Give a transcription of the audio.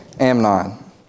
Amnon